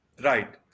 Right